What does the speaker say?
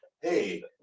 hey